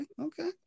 Okay